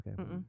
okay